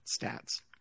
Stats